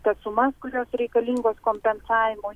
tas sumas kurios reikalingos kompensavimo